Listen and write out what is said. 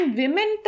women